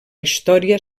història